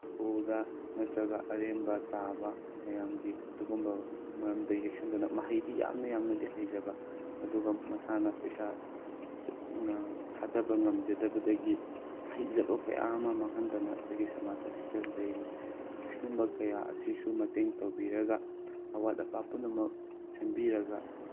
ꯎꯗ ꯅꯠꯇ꯭ꯔꯒ ꯑꯔꯦꯝꯕ ꯇꯥꯕ ꯃꯌꯥꯝꯒꯤ ꯑꯗꯨꯒꯨꯝꯕ ꯃꯔꯝꯗ ꯌꯦꯛꯁꯟꯗꯨꯅ ꯃꯍꯩꯗꯤ ꯌꯥꯝꯅ ꯌꯥꯝꯅꯗꯤ ꯍꯩꯖꯕ ꯑꯗꯨꯒ ꯃꯁꯥꯅ ꯄꯩꯁꯥ ꯊꯥꯗꯕ ꯉꯝꯖꯗꯕꯗꯒꯤ ꯍꯩꯖꯕ ꯀꯌꯥ ꯑꯃ ꯃꯥꯡꯍꯟꯗꯅ ꯑꯩꯈꯣꯏꯒꯤ ꯁꯃꯥꯖ ꯑꯁꯤꯗ ꯂꯩꯔꯤ ꯑꯁꯤꯒꯨꯝꯕ ꯀꯌꯥ ꯑꯁꯤꯁꯨ ꯃꯇꯦꯡ ꯇꯧꯕꯤꯔꯒ ꯑꯋꯥꯠ ꯑꯄꯥ ꯄꯨꯝꯅꯃꯛ ꯁꯦꯝꯕꯤꯔꯒ